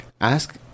ask